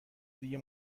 دیگه